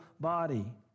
body